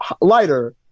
lighter